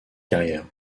carrière